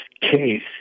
case